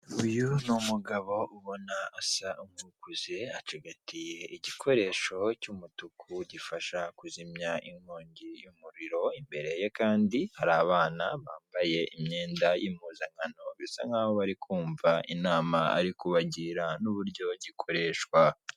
Ibi ni ibitaro bya kaminuza nkuru y'u Rwanda aho biherereye mu karere ka Huye tukaba turi kubonaho ibyapa biyobora abarwayi bikaba biborohereza kumenya aho bagomba kujya bitewe n'uburwayi bafite.